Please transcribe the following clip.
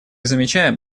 замечаем